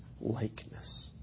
likeness